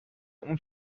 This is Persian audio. اون